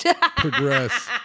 progress